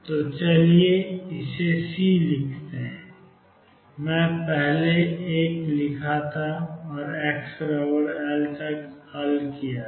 तो चलिए इसे C लिखते हैं मैंने पहले एक लिखा था और xL तक का हल तैयार किया था